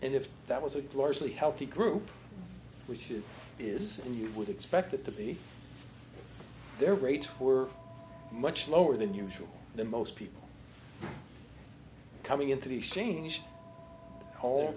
and if that was a largely healthy group which it is and you would expect that to be their rate were much lower than usual than most people coming into the change all